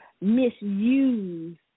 misuse